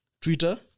Twitter